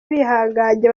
bihanganye